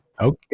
Okay